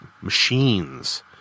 machines